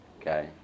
okay